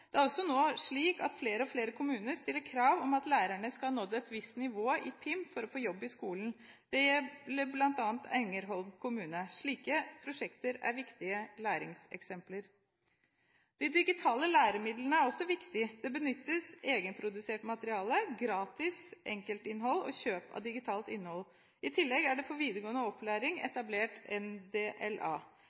Det er nå slik at flere og flere kommuner stiller krav om at lærere skal ha nådd et visst nivå i PIM for å få jobb i skolen. Det gjelder bl.a. Ängelholm kommune. Slike prosjekter er viktige læringseksempler. De digitale læremidlene er også viktige. Det benyttes egenprodusert materiale, gratis enkeltinnhold og kjøp av digitalt innhold. I tillegg er det for videregående opplæring etablert NDLA. Digitale læremidler er en